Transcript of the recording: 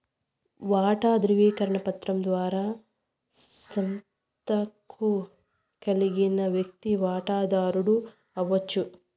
వాటా దృవీకరణ పత్రం ద్వారా సంస్తకు కలిగిన వ్యక్తి వాటదారుడు అవచ్చు